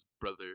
brother